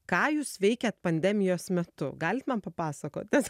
ką jūs veikiat pandemijos metu galit man papasakot nes